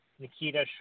Nikita